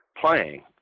playing